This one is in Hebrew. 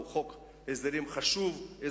אי-אפשר לדעת איזה חוק בתוך חוק ההסדרים הוא חוק חשוב,